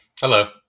Hello